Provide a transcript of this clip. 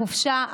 חופשה,